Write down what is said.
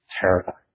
terrifying